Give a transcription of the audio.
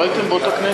לא הייתם באותה הכנסת.